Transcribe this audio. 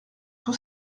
tout